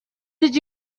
did